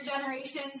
generations